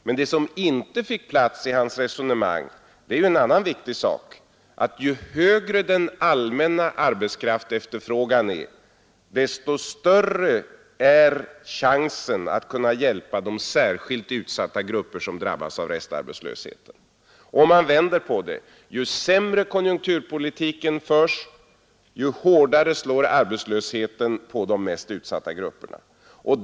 Men det som inte fick plats i hans resonemang är en annan viktig sak, nämligen att ju högre den allmänna arbetskraftsefterfrågan är desto större är chansen att kunna hjälpa de särskilt utsatta grupper som drabbas av restarbetslösheten. Om man vänder på det, ju sämre konjunkturpolitiken förs, desto hårdare slår arbetslösheten på de mest utsatta grupperna.